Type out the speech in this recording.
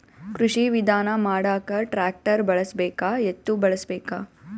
ಕೃಷಿ ವಿಧಾನ ಮಾಡಾಕ ಟ್ಟ್ರ್ಯಾಕ್ಟರ್ ಬಳಸಬೇಕ, ಎತ್ತು ಬಳಸಬೇಕ?